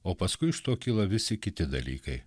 o paskui iš to kyla visi kiti dalykai